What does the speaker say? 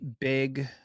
big